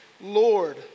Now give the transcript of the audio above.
Lord